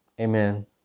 Amen